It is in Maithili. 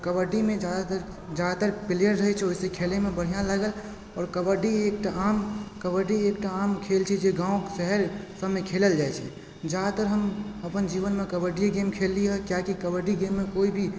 कबड्डीमे जादातर जादातर प्लेयर रहै छै ओहिसँ खेलैमे बढ़िआँ लागैछै आओर कबड्डी एकटा आम खेल छै जे गाँव शहर सबमे खेलल जाइ छै जहाँ तक अपन जीवनमे हम कबड्डीये गेम खेलली हँ किआकि कबड्डी गेममे कोई भी